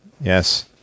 yes